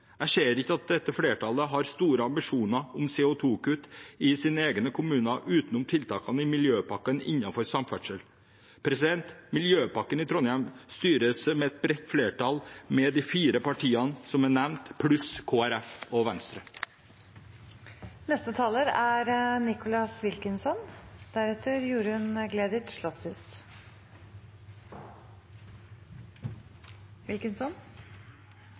Jeg ser ikke at dette flertallet har store ambisjoner om CO 2 -kutt i sine egne kommuner utenom tiltakene i Miljøpakken innenfor samferdsel. Miljøpakken i Trondheim styres med et bredt flertall, med de fire partiene som jeg nevnte, pluss Kristelig Folkeparti og Venstre. Jeg er